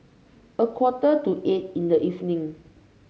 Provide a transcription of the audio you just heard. a quarter to eight in the evening